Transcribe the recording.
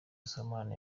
sibomana